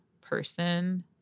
person